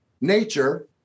nature